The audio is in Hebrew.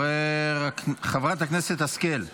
חברת הכנסת השכל.